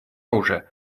уже